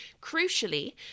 Crucially